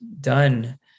done